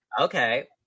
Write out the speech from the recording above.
okay